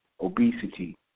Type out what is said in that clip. obesity